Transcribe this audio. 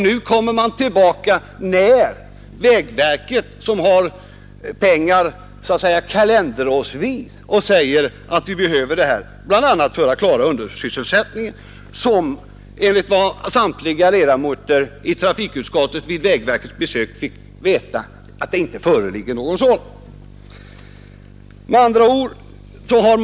Nu kommer man tillbaka — vägverket får ju pengar så att säga kalenderårsvis — och säger: Nu behöver vi pengar bl.a. för att klara undersysselsättningen. Men enligt vad samtliga ledamöter i trafikutskottet fick veta vid besöket på vägverket föreligger det inte någon sådan.